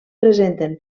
presenten